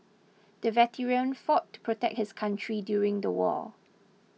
the veteran fought to protect his country during the war